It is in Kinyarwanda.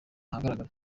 ahagarara